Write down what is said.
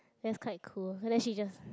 that's quite cool then she just